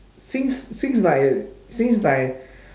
seems seems like seems like